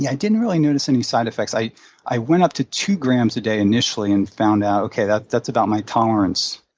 yeah didn't really notice any side effects. i i went up to two grams a day initially and found out, okay, that's that's about my tolerance